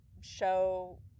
show